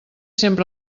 sempre